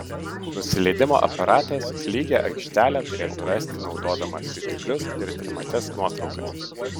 nusileidimo aparatas lygią aikštelę turėtų rasti naudodamas jutiklius ir trimates nuotraukas